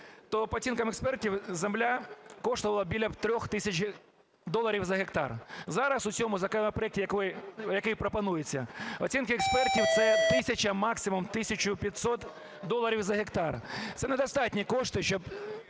то, по оцінкам експертів, земля коштувала біля 3 тисяч доларів за гектар. Зараз у цьому законопроекті, який пропонується, оцінка експертів – це тисяча, максимум тисяча 500 доларів за гектар, це недостатні кошти, щоб,